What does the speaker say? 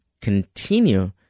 continue